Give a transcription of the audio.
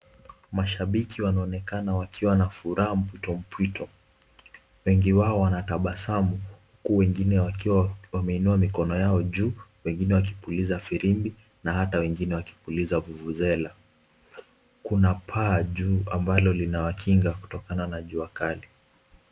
Mashabiki wanaonekana wakiwa na furaha mpwito mpwito. wengi wao wanatabasamu wengine wakiwa wameinua mikono juu , wengine wakipuliza firimbi na hata wengine wakipuliza vuvuzela. Kuna paa juu ambalo linawakinga kutokana na jua kali.